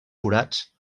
forats